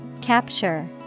Capture